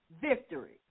victory